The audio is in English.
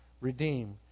redeem